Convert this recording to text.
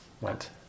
went